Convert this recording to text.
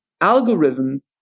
algorithm